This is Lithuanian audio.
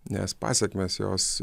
nes pasekmes jos